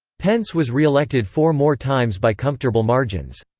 pence was re-elected four more times by comfortable margins.